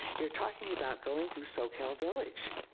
you're talking about going through soquel village.